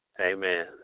Amen